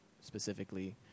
specifically